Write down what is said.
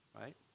right